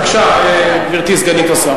בבקשה, גברתי סגנית השר.